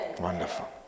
Wonderful